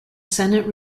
senate